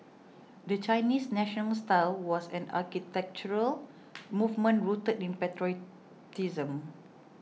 the Chinese National style was an architectural movement rooted in patriotism